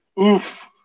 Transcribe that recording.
oof